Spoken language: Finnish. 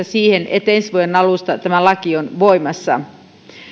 siihen että ensi vuoden alusta tämä laki on voimassa